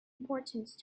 importance